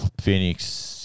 Phoenix